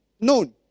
known